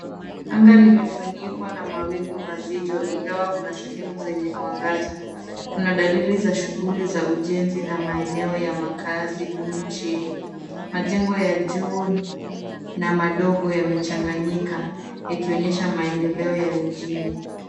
Anga limefunikwa na mawingu mazito ingawa kuna sehemu zenye mwangaza. Kuna dalili za shughuli za ujenzi na maeneo ya makazi duni chini. Majengo ya juu na madogo yamechanganyika yakionyesha maendeleo ya mijini.